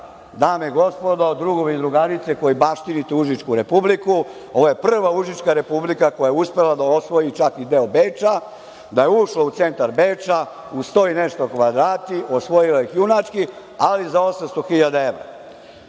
dame i gospodo, drugovi i drugarice, koji baštinite tu Užičku republiku, ovo je prva Užička republika koja je uspela da osvoji čak i deo Beča, da je ušla u centar Beča, u 100 i nešto kvadrata, osvojila ih junački, ali za 800.000 evra. Sa